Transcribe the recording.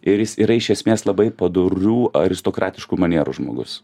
ir jis yra iš esmės labai padorių aristokratiškų manierų žmogus